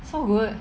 so good